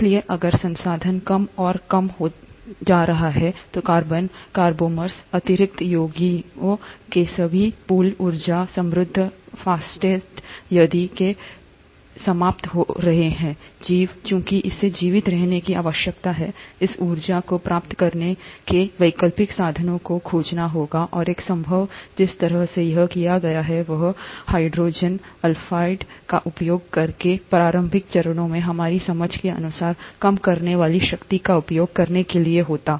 इसलिए अगर संसाधन कम और कम होते जा रहे हैं तो कार्बन कार्बोउस आंतरिक यौगिकों के सभी पूल ऊर्जा समृद्ध फॉस्फेट यदि वे समाप्त हो रहे हैं जीव चूंकि इसे जीवित रहने की आवश्यकता है इस ऊर्जा को प्राप्त करने के वैकल्पिक साधनों को खोजना होगा और एक संभव जिस तरह से यह किया गया है वह हाइड्रोजन सल्फाइड का उपयोग करके प्रारंभिक चरणों में हमारी समझ के अनुसार कम करने वाली शक्ति का उपयोग करने के लिए होता